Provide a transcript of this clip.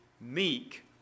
meek